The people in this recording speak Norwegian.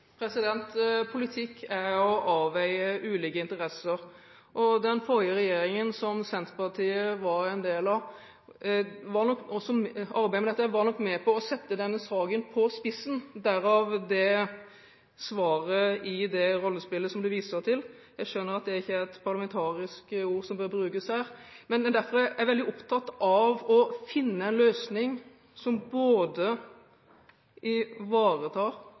Politikk er å avveie ulike interesser. Den forrige regjeringen, som Senterpartiet var en del av, og som arbeidet med dette, var nok med på å sette denne saken på spissen – derav det svaret i det rollespillet som representanten viser til. Jeg skjønner at det ikke er et parlamentarisk ord som bør brukes her. Derfor er jeg veldig opptatt av å finne en løsning som ivaretar